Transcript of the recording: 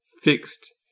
fixed